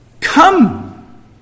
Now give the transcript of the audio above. Come